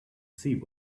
see